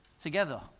together